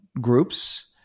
groups